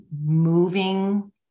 moving